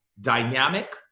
dynamic